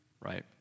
right